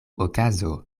okazo